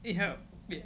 you need help